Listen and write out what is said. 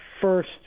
First